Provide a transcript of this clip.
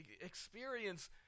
experience